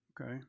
okay